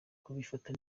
kubifata